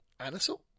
anisole